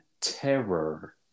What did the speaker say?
terror